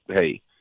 hey